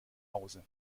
hause